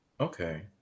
Okay